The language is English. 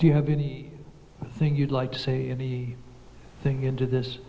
do you have any thing you'd like to say thing into this